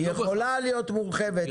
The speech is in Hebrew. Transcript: היא יכולה להיות מורחבת בחוק.